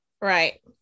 Right